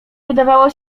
wydawało